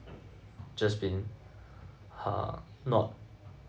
just being !huh! not